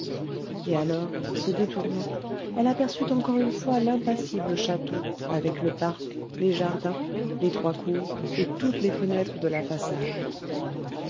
et alors se détournant elle aperçut encore une fois l'impassible château avec le parc les jardins les trois cours et toutes les fenêtres de la façade